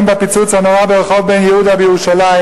בפיצוץ הנורא ברחוב בן-יהודה בירושלים.